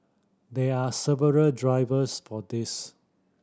there are several drivers for this